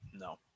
no